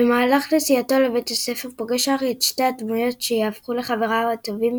במהלך נסיעתו לבית הספר פוגש הארי את שתי הדמויות שיהפכו לחבריו הטובים